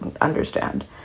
understand